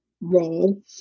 role